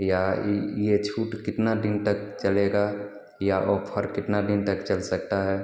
या यह छूट कितना दिन तक चलेगा या ओफर कितना दिन तक चल सकता है